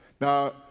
Now